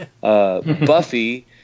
Buffy